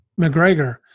McGregor